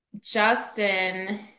Justin